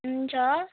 हुन्छ